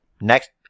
next